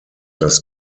das